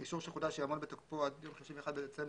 אישור שחודש יעמוד בתוקפו עד יום 31 בדצמבר